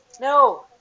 no